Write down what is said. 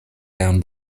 down